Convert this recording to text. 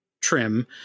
trim